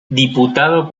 diputado